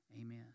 Amen